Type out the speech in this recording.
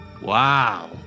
Wow